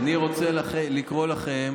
אני רוצה לקרוא לכם